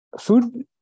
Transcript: food